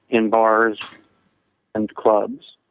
in bars and clubs,